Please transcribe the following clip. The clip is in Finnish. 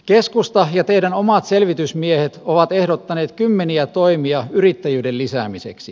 keskusta ja teidän omat selvitysmiehenne ovat ehdottaneet kymmeniä toimia yrittäjyyden lisäämiseksi